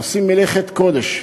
עושים מלאכת קודש.